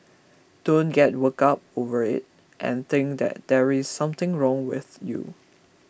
don't get worked up over it and think that there is something wrong with you